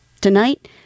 Tonight